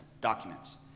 documents